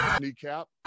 Kneecap